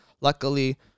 luckily